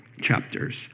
chapters